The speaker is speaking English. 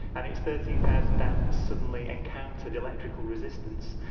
and its thirteen thousand amps suddenly encountered electrical resistance.